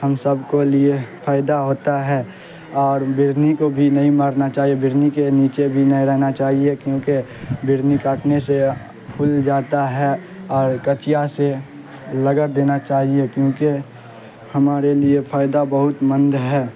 ہم سب کو لیے فائدہ ہوتا ہے اور بھڑنی کو بھی نہیں مارنا چاہیے بھڑنی کے نیچھے بھی نہیں رہنا چاہیے کیونکہ بھڑنی کاٹنے سے پھول جاتا ہے اور کچیا سے رگڑ دینا چاہیے کیونکہ ہمارے لیے فائدہ بہت مند ہے